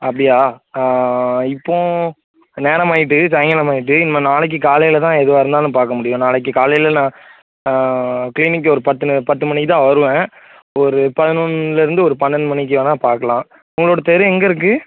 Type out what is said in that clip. அப்படியா ஆ ஆ ஆ ஆ இப்போது நேரமாகிட்டு சாய்ங்காலமாகிட்டு இனிமேல் நாளைக்கு காலையில் தான் எதுவாக இருந்தாலும் பார்க்க முடியும் நாளைக்கு காலையில் நான் க்ளினிக் ஒரு பத்து பத்து மணிக்கு தான் வருவேன் ஒரு பதினொன்றுலருந்து ஒரு பன்னெண்டு மணிக்கு வேணா பார்க்கலாம் உங்களோடய தெரு எங்கே இருக்குது